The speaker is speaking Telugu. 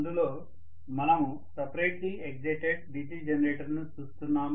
అందులో మనము సెపరేట్లీ ఎక్సైటెడ్ DC జనరేటర్ను చూస్తున్నాము